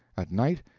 at night,